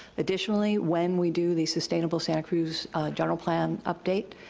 additionally, when we do the sustainable santa cruz general plan update,